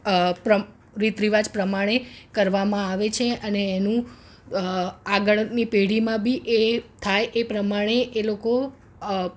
પ્રમ રીત રિવાજ પ્રમાણે કરવામાં આવે છે અને એનું આગળની પેઢીમાં બી એ થાય એ પ્રમાણે એ લોકો